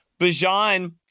Bajan